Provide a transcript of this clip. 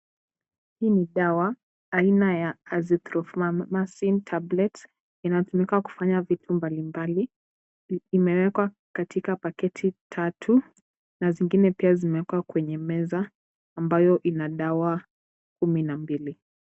Hii ni dawa aina ya Azithromycin tablets inayotumika kufanya vitu mbalimbali. Imewekwa katika pakiti tatu na zingine pia zimeekwa kwenye meza ambayo ina dawa kumi na mbili.